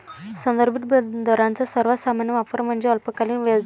संदर्भित दरांचा सर्वात सामान्य वापर म्हणजे अल्पकालीन व्याजदर